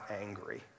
angry